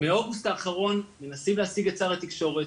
מאוגוסט האחרון מנסים להשיג את שר התקשורת,